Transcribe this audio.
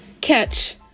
catch